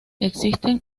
existen